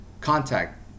contact